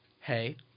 Hey